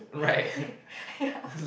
ya